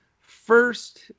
first